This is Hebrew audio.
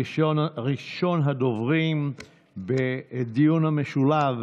ראשון הדוברים בדיון המשולב,